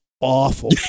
awful